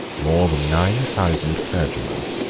more than nine thousand clergymen,